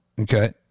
okay